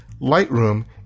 Lightroom